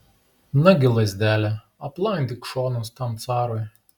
nagi lazdele aplamdyk šonus tam carui